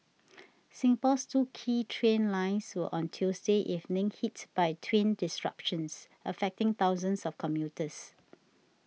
Singapore's two key train lines were on Tuesday evening hit by twin disruptions affecting thousands of commuters